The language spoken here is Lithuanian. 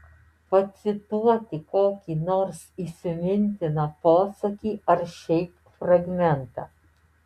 pacituoti kokį nors įsimintiną posakį ar šiaip fragmentą